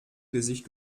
gesicht